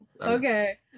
Okay